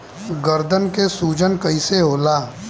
गर्दन के सूजन कईसे होला?